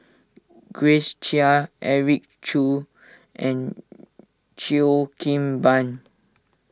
Grace Chia Eric Khoo and Cheo Kim Ban